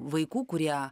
vaikų kurie